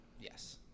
Yes